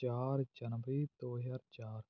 ਚਾਰ ਜਨਵਰੀ ਦੋ ਹਜ਼ਾਰ ਚਾਰ